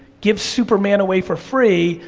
give superman away for free,